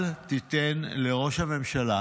אל תיתן לראש הממשלה